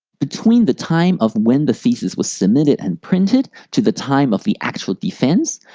between the time of when the thesis was submitted and printed to the time of the actual defense,